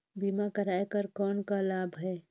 बीमा कराय कर कौन का लाभ है?